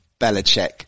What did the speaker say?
Belichick